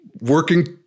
working